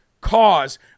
cause